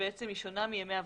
שבעצם היא שונה מימי עבודה.